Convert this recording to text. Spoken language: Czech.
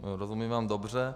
Rozumím vám dobře.